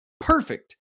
perfect